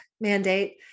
mandate